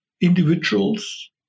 individuals